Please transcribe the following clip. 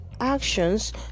actions